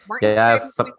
Yes